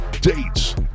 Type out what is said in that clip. Dates